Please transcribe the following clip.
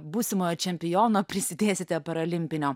būsimojo čempiono prisidėsite parolimpinio